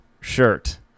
shirt